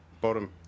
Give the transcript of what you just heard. Bottom